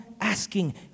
asking